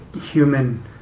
human